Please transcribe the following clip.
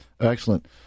excellent